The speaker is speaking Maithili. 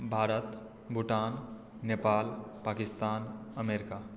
भारत भूटान नेपाल पाकिस्तान अमेरिका